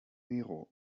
nero